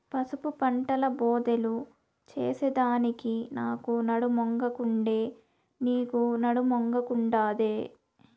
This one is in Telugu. పసుపు పంటల బోదెలు చేసెదానికి నాకు నడుమొంగకుండే, నీకూ నడుమొంగకుండాదే